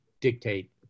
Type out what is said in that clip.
dictate